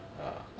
ah